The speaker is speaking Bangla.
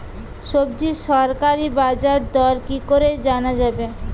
সবজির সরকারি বাজার দর কি করে জানা যাবে?